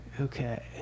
Okay